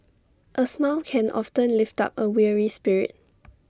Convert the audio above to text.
A smile can often lift up A weary spirit